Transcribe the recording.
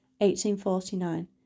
1849